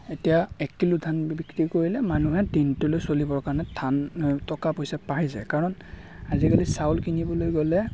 এতিয়া এক কিলো ধান বিক্ৰী কৰিলে মানুহে দিনটোলৈ চলিবৰ কাৰণে ধান টকা পইচা পাই যায় কাৰণ আজিকালি চাউল কিনিবলৈ গ'লে